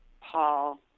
Paul